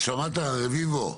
שמעת רביבו?